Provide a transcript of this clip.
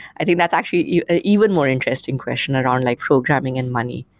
i think that's actually you know even more interesting question around like programming and money.